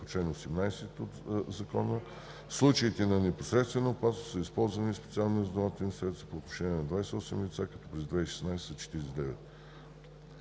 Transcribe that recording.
По чл. 18 от Закона в случаите на непосредствена опасност са използвани специални разузнавателни средства по отношение на 28 лица, като през 2016 г. са 49.